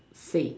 say